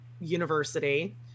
university